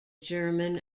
german